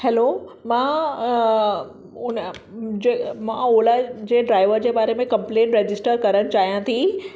hello मां हुन जे मां ऑला जे ड्राइवर जे बारे में कंपलेन रजिस्टर करणु चाहियां थी